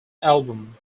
album